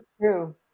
true